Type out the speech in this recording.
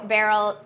Barrel